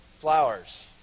flowers